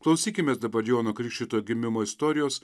klausykimės dabar jono krikštytojo gimimo istorijos